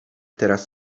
teraz